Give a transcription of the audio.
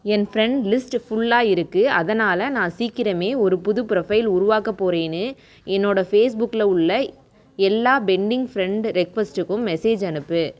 என் friend list ஃபுல்லாக இருக்குது அதனால் நான் சீக்கிரமே ஒரு புது ப்ரோஃபைல் உருவாக்கப் போகிறேன்னு என்னோட ஃபேஸ்புக்கில் உள்ள எல்லா பெண்டிங் ஃபிரெண்ட் ரிக்வெஸ்டுக்கும் மெசேஜ் அனுப்பு